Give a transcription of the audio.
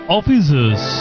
Officers